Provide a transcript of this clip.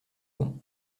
rond